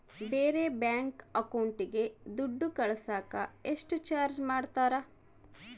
ಬೇರೆ ಬ್ಯಾಂಕ್ ಅಕೌಂಟಿಗೆ ದುಡ್ಡು ಕಳಸಾಕ ಎಷ್ಟು ಚಾರ್ಜ್ ಮಾಡತಾರ?